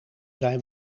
zijn